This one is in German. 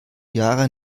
jahre